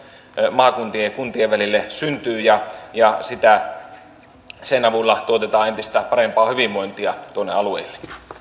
maakuntien ja kuntien välille syntyy ja ja sen avulla tuotetaan entistä parempaa hyvinvointia tuonne alueille